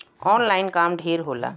online काम ढेर होला